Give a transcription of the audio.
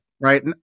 right